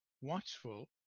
watchful